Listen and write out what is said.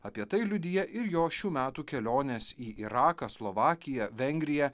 apie tai liudija ir jo šių metų kelionės į iraką slovakiją vengriją